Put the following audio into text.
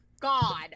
God